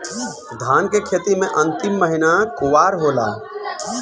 धान के खेती मे अन्तिम महीना कुवार होला?